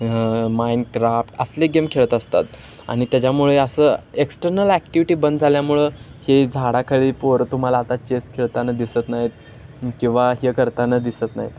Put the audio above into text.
mine craft असले game खेळत असतात आणि त्याच्यामुळे असं एक्सटर्नल ॲक्टिव्हिटी बंद झाल्यामुळं हे झाडाखाली पोरं तुम्हाला आता चेस खेळताना दिसत नाहीत किंवा हे करताना दिसत नाहीत